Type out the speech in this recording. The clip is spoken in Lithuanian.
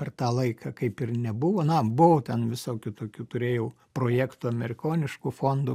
per tą laiką kaip ir nebuvo na buvo ten visokių tokių turėjau projektų amerikoniškų fondų